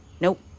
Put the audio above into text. nope